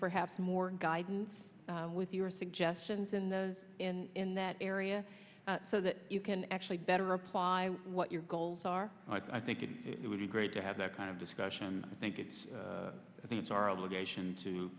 perhaps more guidance with your suggestions and those in that area so that you can actually better apply what your goals are i think it would be great to have that kind of discussion i think it's i think it's our obligation to